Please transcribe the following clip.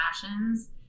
passions